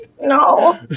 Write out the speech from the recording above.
No